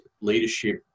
leadership